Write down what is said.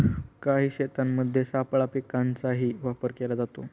काही शेतांमध्ये सापळा पिकांचाही वापर केला जातो